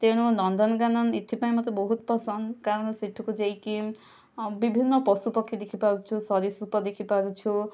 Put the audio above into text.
ତେଣୁ ନନ୍ଦନକାନନ ଏଥିପାଇଁ ମତେ ବହୁତ ପସନ୍ଦ କାରଣ ସେହିଠିକୁ ଯାଇକି ବିଭିନ୍ନ ପଶୁପକ୍ଷୀ ଦେଖିପାରୁଛୁ ସରୀସୃପ ଦେଖିପାରୁଛୁ